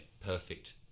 perfect